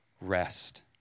rest